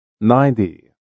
Ninety